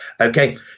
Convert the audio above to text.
Okay